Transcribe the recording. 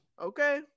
Okay